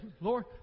Lord